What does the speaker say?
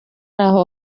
aho